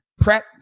prep